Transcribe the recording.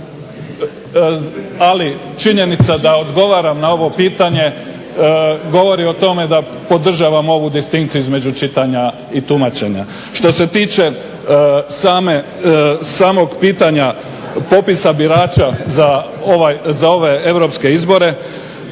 Ali, činjenica da odgovaram na ovo pitanje govori o tome da podržavam ovu distinkciju između čitanja i tumačenja. Što se tiče same, samog pitanja popisa birača za ove europske izbore